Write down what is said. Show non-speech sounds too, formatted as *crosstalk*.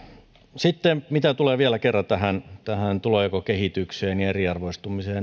sitten mitä tulee vielä kerran tähän tähän tulonjakokehitykseen ja eriarvoistumiseen *unintelligible*